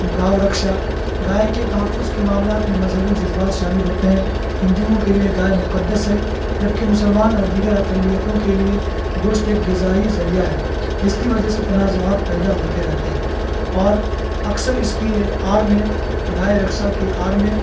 گاؤ رکشا گائے کے تحفظ کے معاملات میں مذہبی جذبات شامل ہوتے ہیں ہندؤوں کے لیے گائے مقدس ہے جب کہ مسلمان اور دیگر اقلیتوں کے لیے گوشت ایک غذائی ذریعہ ہے جس کی وجہ سے تنازعات پیدا ہوتے رہتے ہیں اور اکثر اس کی آڑ میں گائے رکشا کی آڑ میں